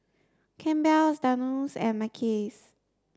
Campbell's Danone and Mackays